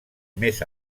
més